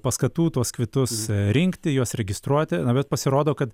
paskatų tuos kvitus rinkti juos registruoti na bet pasirodo kad